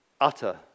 utter